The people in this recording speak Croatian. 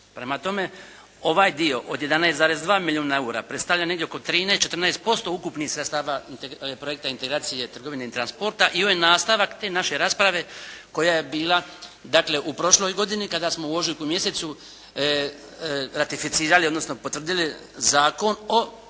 Prema tome, ovaj dio od 11,2 milijuna eura predstavlja negdje oko 13-14% ukupnih sredstava projekta integracije trgovine i transporta i ovo je nastavak te naše rasprave koja je bila dakle u prošloj godini kada smo u ožujku mjesecu ratificirali odnosno potvrdili Zakon o